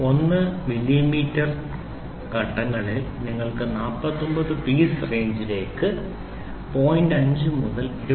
01 millimetre ഘട്ടങ്ങളിൽ നിങ്ങൾ 49 piece റേഞ്ചിലേക്ക് 0